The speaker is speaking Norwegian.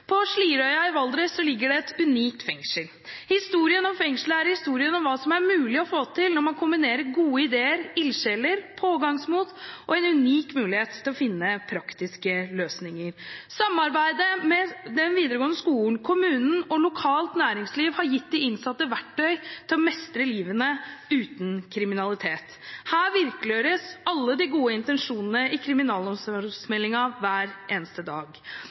På Slidreøya i Valdres ligger det et unikt fengsel. Historien om fengselet er historien om hva som er mulig å få til når man kombinerer gode ideer, ildsjeler, pågangsmot og en unik mulighet til å finne praktiske løsninger. Samarbeidet med den videregående skolen, kommunen og lokalt næringsliv har gitt de innsatte verktøy til å mestre livet uten kriminalitet. Her virkeliggjøres alle de gode intensjonene i kriminalomsorgsmeldingen hver eneste dag.